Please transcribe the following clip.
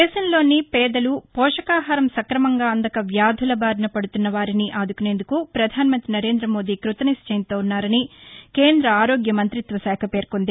దేశంలోని పేదలు పోషకాహారం స్కకమంగా అందక వ్యాధుల బారిన పడుతున్న వారిని ఆదుకునేందుకు పధాన మంతి నరేందమోది కృతనిశ్చయంతో ఉన్నారని కేంద ఆరోగ్య మంతిత్వశాఖ పేర్కొంది